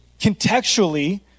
Contextually